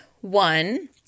one